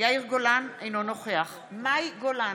יאיר גולן, אינו נוכח מאי גולן,